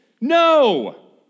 no